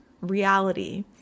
reality